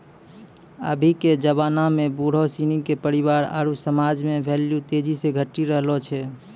अभी के जबाना में बुढ़ो सिनी के परिवार आरु समाज मे भेल्यू तेजी से घटी रहलो छै